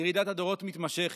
ירידת הדורות מתמשכת.